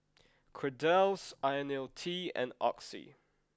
Kordel's Ionil T and Oxy